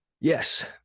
Yes